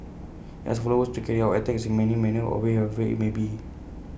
he asked followers to carry out attacks in any manner or way however IT may be